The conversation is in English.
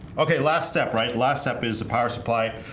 okay last step right last step is the power supply?